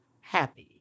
happy